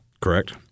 Correct